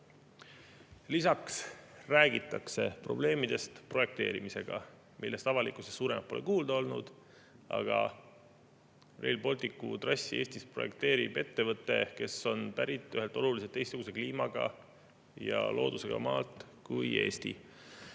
Lisaks räägitakse probleemidest projekteerimisega, millest avalikkuses pole suuremat kuulda olnud. Rail Balticu trassi Eestis projekteerib ettevõte, mis on pärit ühelt oluliselt teistsuguse kliima ja loodusega maalt kui Eesti.